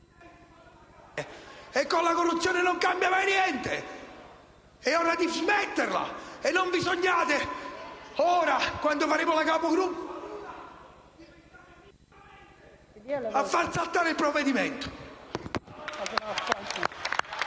E con la corruzione non cambia mai niente! È ora di smetterla e non vi sognate, ora, quando faremo la Capigruppo, di far saltare il provvedimento.